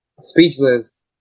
speechless